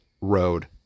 road